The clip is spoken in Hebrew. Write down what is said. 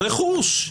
רכוש.